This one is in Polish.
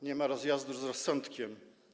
Nie ma rozjazdu z rozsądkiem.